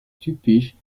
typisch